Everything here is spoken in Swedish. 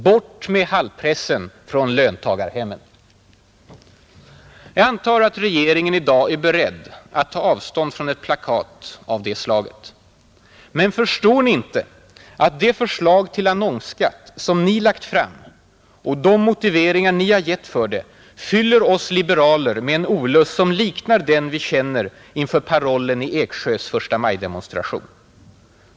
”Bort med Hall-pressen från löntagarhemmen.” Jag antar att regeringen i dag är beredd att ta avstånd från ett plakat av det slaget. Men förstår ni inte att det förslag till annonsskatt som ni lagt fram och de motiveringar ni har givit för det fyller oss liberaler med en olust som liknar den vi känner inför parollen i Eksjös förstamajdemonstration?